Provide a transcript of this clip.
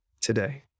today